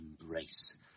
embrace